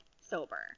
sober